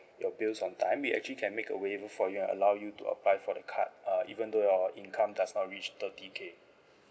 your bills on time we actually can make available for you and allow you to apply for the card uh even though your income does not reach thirty K